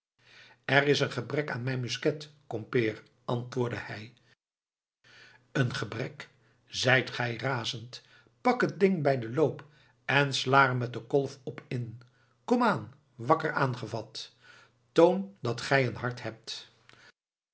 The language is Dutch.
er is een gebrek aan mijn musket kompeer antwoordde hij een gebrek zijt gij razend pak het ding bij den loop en sla er met den kolf op in komaan wakker aangevat toon dat gij een hart hebt